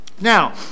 Now